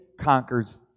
conquers